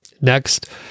Next